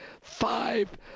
five